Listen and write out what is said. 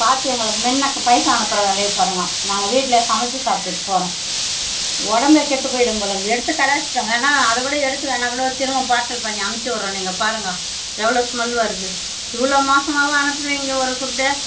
பார்த்து எங்களுக்கு முன்ன பைசா அனுப்புகிற வேலையை பாருங்க நாங்கள் வீட்டில் சமச்சு சாப்பிட்டுட்டு போகிறோம் உடம்பே கெட்டுப்போயிடும் போல் இதை எடுத்து கடாசிட்டோம் வேணுணா அதைக்கூட எடுத்து வேணுணா கூடம் திரும்பவும் பார்சல் பண்ணி அமுச்சிவுடறேன் நீங்கள் பாருங்கள் எவ்வளோ ஸ்மெல் வருது இவ்வளோ மோசமாகவா அனுப்புவிங்க ஒரு ஃபுட்டை